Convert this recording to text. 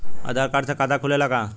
आधार card से खाता खुले ला का?